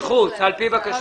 מחוץ לנוסח, על פי בקשתך.